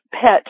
pet